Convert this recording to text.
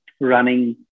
running